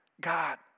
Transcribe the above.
God